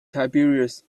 tiberius